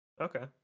Okay